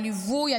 הליווי,